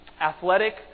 athletic